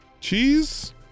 Cheese